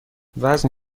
وزن